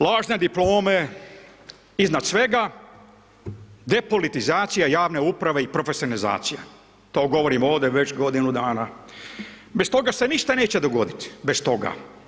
Lažne diplome iznad svega, depolitizacija javne uprave i profesionalizacija to govorim ovdje već godinu dana, bez toga se ništa neće dogoditi, bez toga.